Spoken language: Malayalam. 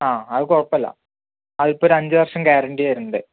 ആ അത് കുഴപ്പമില്ല അതിപ്പോൾ അഞ്ചുവർഷം ഗ്യാരണ്ടി വരുന്നുണ്ട്